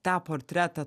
tą portretą